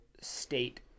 state